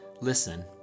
listen